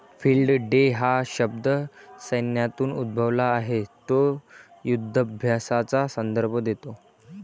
field day हा शब्द सैन्यातून उद्भवला आहे तो युधाभ्यासाचा संदर्भ देतो